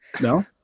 No